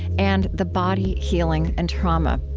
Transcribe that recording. and the body, healing and trauma.